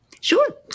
Sure